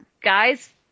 Guys